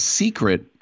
secret